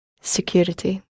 security